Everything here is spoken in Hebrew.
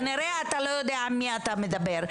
כנראה שאתה לא יודע עם מי אתה מדבר.